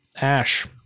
Ash